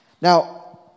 Now